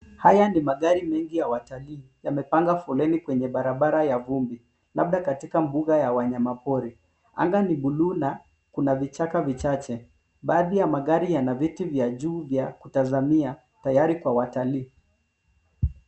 Haya ni magari mengi ya watalii yamepanga foleni kwenye barabara ya vumbi labda kwenye mbuga ya wanya pori. Anga ni buluu na kuna vichaka vichache. Baadhi ya magari yana viti vya juu vya kutazamia tayari kwa watalii.